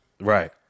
Right